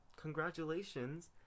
congratulations